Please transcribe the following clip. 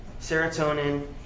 serotonin